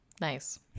Nice